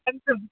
একদম